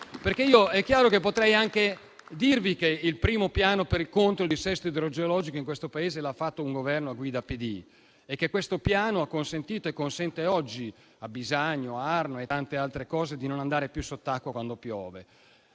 errori. È chiaro che potrei anche dirvi che il primo piano contro il dissesto idrogeologico in questo Paese l'ha fatto un Governo a guida PD e che questo piano ha consentito e consente oggi alle aree del Bisagno e dell'Arno e ad altre di non andare più sott'acqua quando piove.